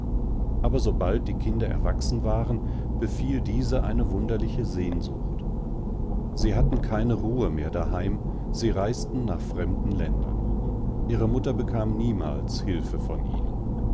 aber sobald die kinder erwachsen waren befiel diese eine wunderliche sehnsucht sie hatten keine ruhe mehr daheim sie reisten nach fremden ländern ihre mutter bekam niemals hilfe von ihnen